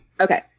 Okay